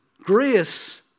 Grace